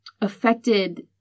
affected